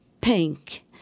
pink